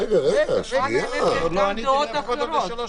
--- שיש גם דעות אחרות.